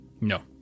No